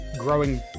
growing